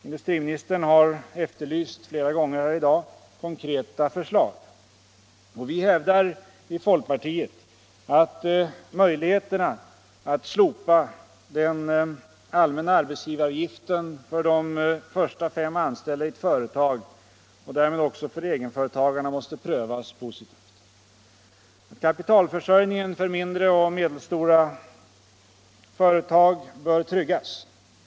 Industriministern har flera gånger här i dag efterlyst konkreta förslag. Vi hävdar i folkpartiet att möjligheterna att slopa den allmänna arbetsgivaravgiften för de första fem anställda i ett företag och därmed också för egenföretagarna måste prövas positivt. Kapitalförsörjningen för mindre och medelstora företag bör tryggas.